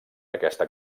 aquesta